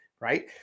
right